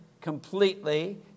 completely